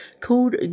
called